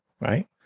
right